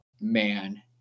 man